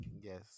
Yes